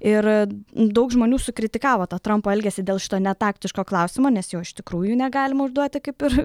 ir daug žmonių sukritikavo tą trampo elgesį dėl šito netaktiško klausimo nes jo iš tikrųjų negalima užduoti kaip ir